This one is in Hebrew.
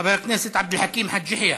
חבר הכנסת עבד אל חכים חאג' יחיא.